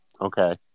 Okay